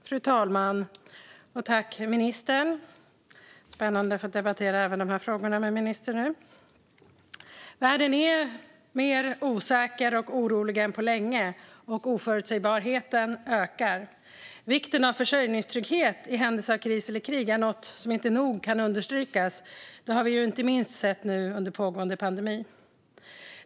Fru talman! Tack, ministern, för svaret! Det är spännande att få debattera även dessa frågor med ministern nu. Världen är mer osäker och orolig än på länge, och oförutsägbarheten ökar. Vikten av försörjningstrygghet i händelse av kris eller krig är något som inte nog kan understrykas. Det har vi inte minst sett nu under pågående pandemi.